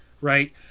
right